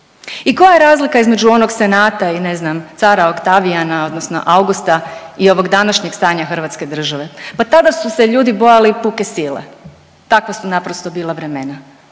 i koja je razlika između onog Senata i ne znam, cara Oktavijana odnosno Augusta i ovog današnjeg stanja hrvatske države? Pa tada su se ljudi bojali puke sile, takva su naprosto bila vremena,